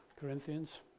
Corinthians